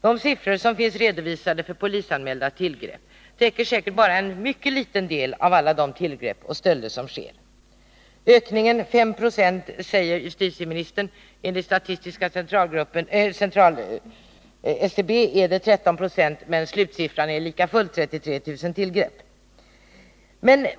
De siffror som finns redovisade för polisanmälda tillgrepp täcker säkert endast en liten del av alla de tillgrepp och stölder som sker. Justitieministern säger att ökningen av polisanmälda brott mellan 1979 och 1980 är ca 5 96. Enligt statistiska centralbyrån är den 13 26, men slutsiffran är lika fullt 33 000 tillgrepp.